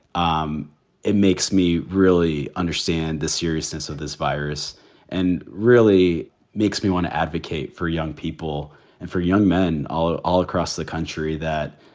um it makes me really understand the seriousness of this virus and really makes me want to advocate for young people and for young men all ah all across the country that,